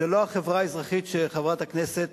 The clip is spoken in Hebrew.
זו לא החברה האזרחית, וחברת הכנסת